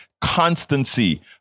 constancy